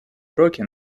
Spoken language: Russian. уроки